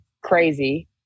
crazy